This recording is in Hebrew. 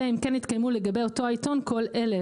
אלא אם כן התקיימו לגבי אותו העיתון כל אלה